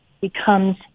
becomes